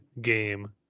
game